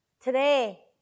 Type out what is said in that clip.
today